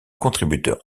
contributeur